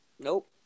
Nope